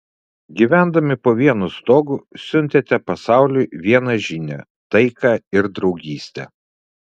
gyvendami po vienu stogu siuntėte pasauliui vieną žinią taiką ir draugystę